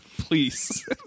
please